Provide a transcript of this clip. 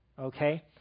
Okay